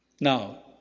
Now